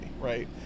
right